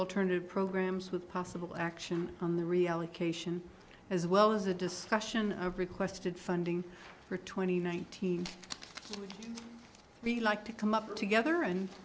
alternative programs with possible action on the reallocation as well as a discussion of requested funding for twenty one thousand we like to come up together and